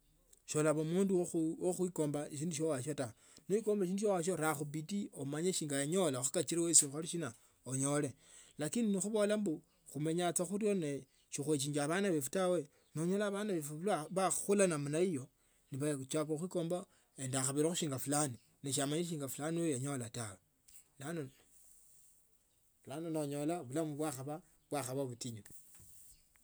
Olaba mundu we khuikomba shindu shia wasiota. Noikomba shindu shya wasio ratho bidii imanye shinga nanyola kakhole shina unyole lakini nikhubota mbu khumenya saa khurio nekhue kia bana befwe tawe nonyola abana befwe bakhakhula namna iyo nabachakha khuikomba endakhabele kho shinga fulani ne shemanyile shinga fulani huyo yanyola tawe bulano no onyola blame bwakhaba butinyu.